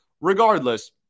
regardless